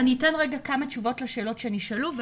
אני אתייחס לכמה שאלות שנשאלו.